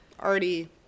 already